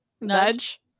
Nudge